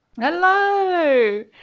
Hello